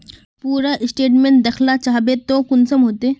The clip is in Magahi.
पूरा स्टेटमेंट देखला चाहबे तो कुंसम होते?